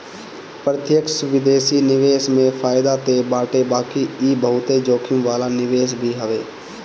प्रत्यक्ष विदेशी निवेश में फायदा तअ बाटे बाकी इ बहुते जोखिम वाला निवेश भी हवे